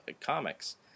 comics